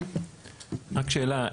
רק שאלה.